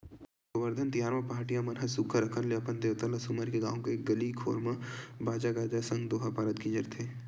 गोबरधन तिहार म पहाटिया मन ह सुग्घर अंकन ले अपन देवता ल सुमर के गाँव के गली घोर म बाजा गाजा के संग दोहा पारत गिंजरथे